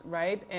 right